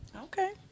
Okay